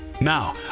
Now